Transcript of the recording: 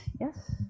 Yes